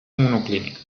monoclínic